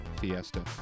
fiesta